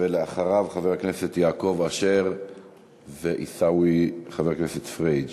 ואחריו, חבר הכנסת יעקב אשר וחבר הכנסת פריג'.